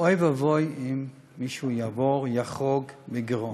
ואוי ואבוי אם מישהו יעבור, יחרוג, לגירעון.